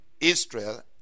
Israel